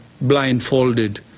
blindfolded